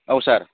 औ सार